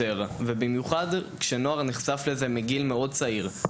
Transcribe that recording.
במיוחד כשנוער נחשף לזה מגיל מאוד צעיר,